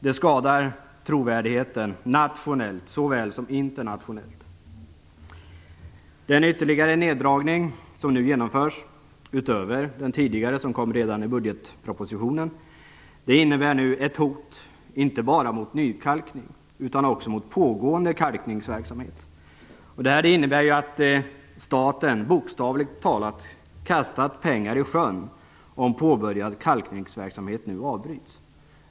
Det skadar trovärdigheten såväl nationellt som internationellt. Den ytterligare neddragning som nu genomförs utöver den tidigare som aviserades redan i budgetpropositionen innebär ett hot, inte bara mot nykalkning utan också mot pågående kalkningsverksamhet. Staten har bokstavligt talat kastat pengar i sjön om påbörjad kalkningsverksamhet nu avbryts.